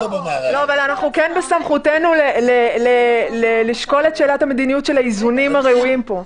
אבל כן בסמכותנו לשקול את שאלת המדיניות של האיזונים הראויים פה.